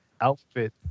outfit